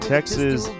Texas